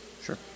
Sure